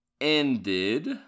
ended